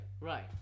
right